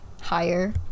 higher